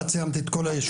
כמעט סיימתי את כל היישובים,